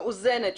מאוזנת,